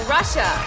Russia